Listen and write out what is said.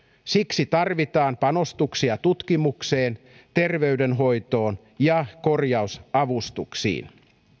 siksi tarvitaan panostuksia tutkimukseen terveydenhoitoon ja korjausavustuksiin